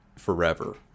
forever